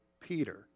Peter